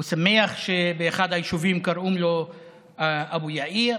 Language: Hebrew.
הוא שמח שבאחד היישובים קוראים לו אבו יאיר,